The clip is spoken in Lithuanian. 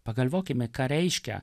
pagalvokime ką reiškia